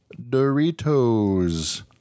Doritos